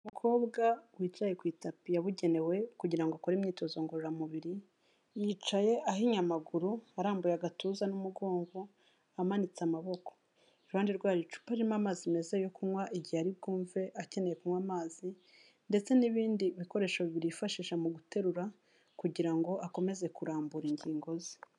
Umukobwa wicaye ku itapi yabugenewe kugira ngo akore imyitozo ngororamubiri, yicaye ahinnye amaguru, arambuye agatuza n'umugongo, amanitse amaboko. Iruhande rwe hari icupa ririmo amazi meza yo kunywa igihe ari bwumve akeneye kunywa amazi ndetse n'ibindi bikoresho bifashisha mu guterura kugira ngo akomeze kurambura ingingo ze.